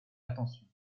attention